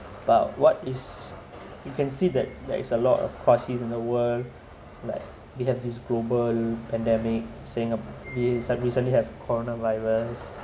but what is you can see that there is a lot of crisis in the world like we have this global pandemic sing~ sudden recently have coronavirus